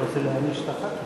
אדוני השר מאיר כהן,